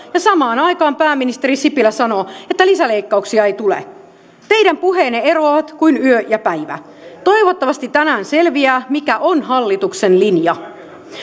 ja samaan aikaan pääministeri sipilä sanoo että lisäleikkauksia ei tule teidän puheenne eroavat kuin yö ja päivä toivottavasti tänään selviää mikä on hallituksen linja